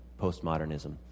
postmodernism